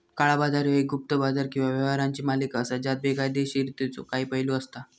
काळा बाजार ह्यो एक गुप्त बाजार किंवा व्यवहारांची मालिका असा ज्यात बेकायदोशीरतेचो काही पैलू असता